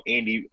Andy